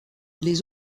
les